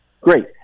Great